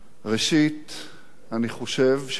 אני חושב שכל מי שהכיר את גדעון